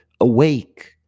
awake